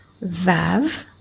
Vav